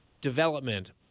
development